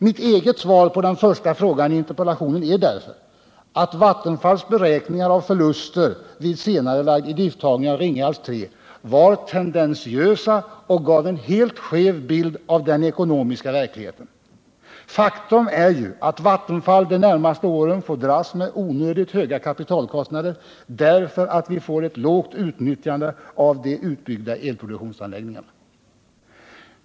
Mitt eget svar på den första frågan i interpellationen är därför att Vattenfalls beräkningar av förluster vid senarelagd idrifttagning av Ringhals 3 var tendentiösa och gav en helt skev bild av den ekonomiska verkligheten. Faktum är ju att Vattenfall de närmaste åren får dras med onödigt höga kapitalkostnader, därför att vi får ett lågt utnyttjande av de utbyggda elproduktionsanläggningarna.